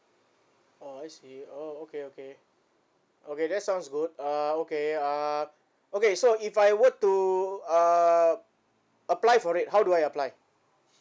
oh I see oh okay okay okay that sounds good uh okay uh okay so if I were to uh apply for it how do I apply